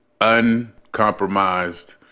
uncompromised